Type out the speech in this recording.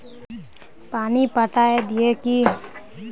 पानी पटाय दिये की?